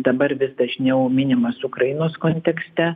dabar vis dažniau minimas ukrainos kontekste